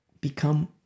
become